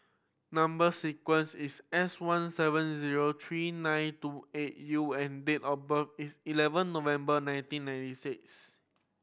number sequence is S one seven zero three nine two eight U and date of birth is eleven November nineteen ninety six